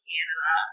Canada